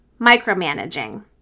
micromanaging